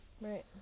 Right